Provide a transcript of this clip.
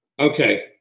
Okay